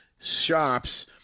shops